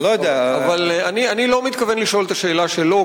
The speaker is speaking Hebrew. אני לא מתכוון לשאול את השאלה שלו,